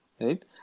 right